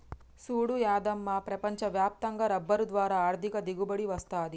సూడు యాదమ్మ ప్రపంచ వ్యాప్తంగా రబ్బరు ద్వారా ఆర్ధిక దిగుబడి వస్తది